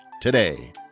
today